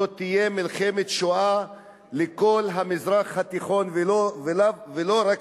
זאת תהיה מלחמת שואה לכל המזרח התיכון ולא רק